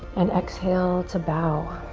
and exhale to bow.